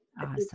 Awesome